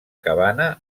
cabana